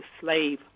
slave